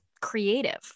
creative